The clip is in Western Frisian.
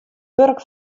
wurk